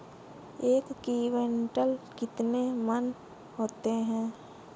एक क्विंटल में कितने मन होते हैं?